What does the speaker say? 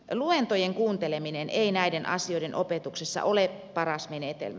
luentojen kuunteleminen ei näiden asioiden opetuksessa ole paras menetelmä